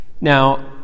Now